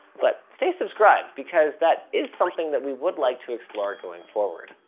but stay subscribed because that is something that we would like to explore going forward.